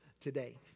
today